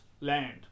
land